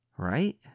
Right